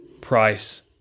Price